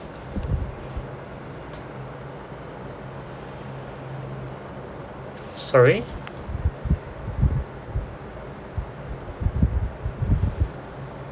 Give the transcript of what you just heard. sorry